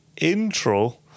intro